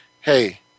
Hey